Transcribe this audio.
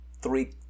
three